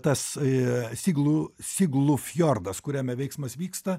tasai siglu siglufjordas kuriame veiksmas vyksta